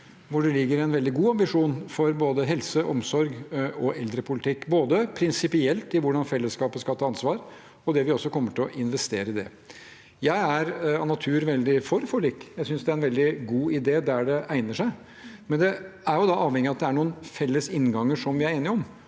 det ligger en veldig god ambisjon for både helse, omsorg og eldrepolitikk. Det gjelder prinsipielt i hvordan fellesskapet skal ta ansvar, og det vi kommer til å investere i det. Jeg er av natur veldig for forlik. Jeg synes det er en veldig god idé der det egner seg, men det er avhengig av at det er noen felles innganger som vi er enige om.